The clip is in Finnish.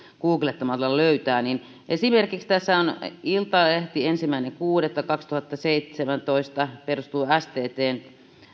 goog lettamalla löytää esimerkiksi tässä on iltalehti ensimmäinen kuudetta kaksituhattaseitsemäntoista perustuu sttn